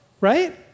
right